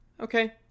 okay